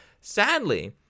Sadly